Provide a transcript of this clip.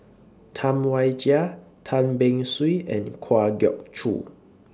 Tam Wai Jia Tan Beng Swee and Kwa Geok Choo